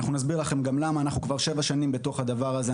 אנחנו נסביר לכם גם למה: אנחנו כבר שבע שנים בתוך הדבר הזה,